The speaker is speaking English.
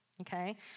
Okay